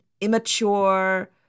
immature